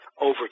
over